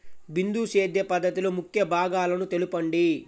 బిందు సేద్య పద్ధతిలో ముఖ్య భాగాలను తెలుపండి?